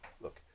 Look